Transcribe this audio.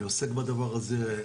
אני עוסק בדבר הזה,